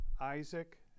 Isaac